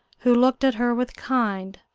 who looked at her with kind,